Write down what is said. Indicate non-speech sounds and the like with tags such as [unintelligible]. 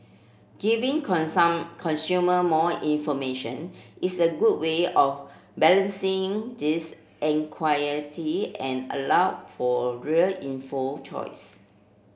giving [unintelligible] consumer more information is a good way of balancing this [unintelligible] and allow for real inform choice